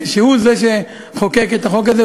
שהוא זה שחוקק את החוק הזה.